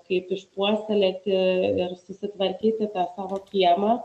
kaip išpuoselėti ir susitvarkyti savo kiemą